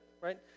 right